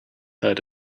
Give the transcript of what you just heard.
heard